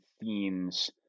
themes